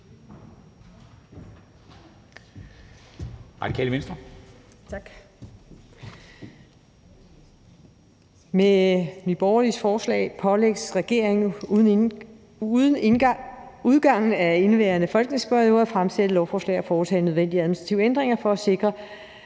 Med Nye Borgerliges forslag pålægges regeringen inden udgangen af indeværende folketingsperiode at fremsætte lovforslag og foretage de nødvendige administrative ændringer for at sikre,